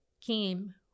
came